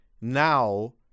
now